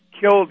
killed